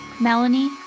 Melanie